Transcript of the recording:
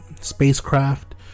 spacecraft